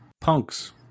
Punks